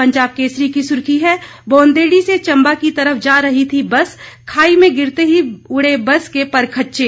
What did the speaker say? पंजाब केसरी की सुर्खी है बौंदेड़ी से चम्बा की तरफ जा रही थी बस खाई में गिरते ही उड़े बस के परखच्चे